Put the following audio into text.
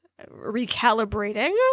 recalibrating